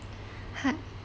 hi